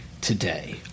today